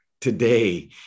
today